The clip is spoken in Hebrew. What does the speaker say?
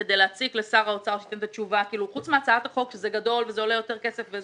חוץ מהצעת החוק שזה גדול ועולה יותר כסף.